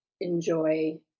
enjoy